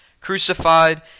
crucified